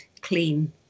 clean